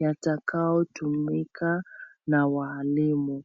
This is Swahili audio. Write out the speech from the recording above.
yatakayotumika na walimu.